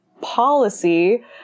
policy